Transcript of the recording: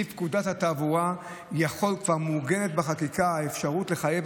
לפי פקודת התעבורה כבר מעוגנת בחקיקה האפשרות לחייב